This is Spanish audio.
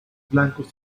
blancos